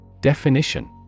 Definition